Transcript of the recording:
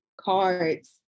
cards